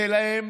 תן להם